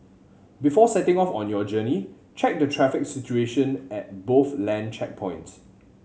before setting off on your journey check the traffic situation at both land checkpoints